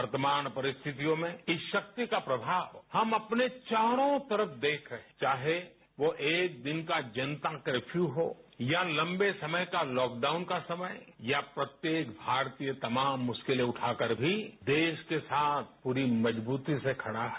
वर्तमान परिस्थितियों में इस शक्ति का प्रभाव हम अपने चारों तरफ देखें चाहे वो एक दिन जनता कर्फ्यू हो या लंबे समय का लॉकडाउन का समय या प्रत्येक भारतीय तमाम मुश्किलें उठाकर भी देश के साथ प्ररी मजबूती से खड़ा है